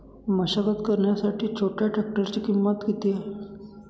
मशागत करण्यासाठी छोट्या ट्रॅक्टरची किंमत किती आहे?